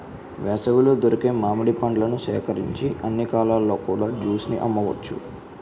వేసవిలో దొరికే మామిడి పండ్లను సేకరించి అన్ని కాలాల్లో కూడా జ్యూస్ ని అమ్మవచ్చు